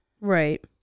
right